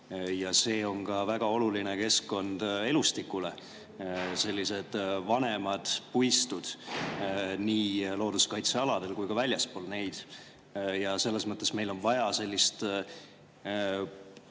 Ja see on ka väga oluline keskkond elustikule, sellised vanemad puistud nii looduskaitsealadel kui ka väljaspool neid. Selles mõttes meil on vaja sellist